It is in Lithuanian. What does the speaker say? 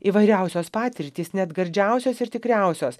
įvairiausios patirtys net gardžiausios ir tikriausios